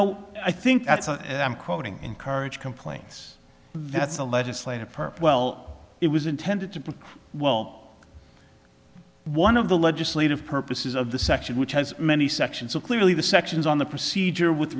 know i think that's a i'm quoting encourage complaints that's a legislative per well it was intended to play well one of the legislative purposes of the section which has many sections of clearly the sections on the procedure with